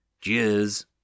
Cheers